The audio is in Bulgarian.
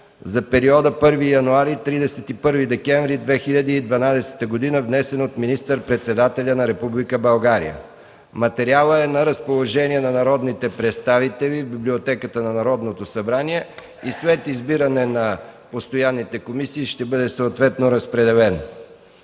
за периода 1 януари – 31 декември 2012 г., внесен от министър-председателя на Република България. Материалът е на разположение на народните представители в Библиотеката на Народното събрание и след избиране на постоянните комисии ще бъде съответно разпределен.